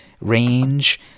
range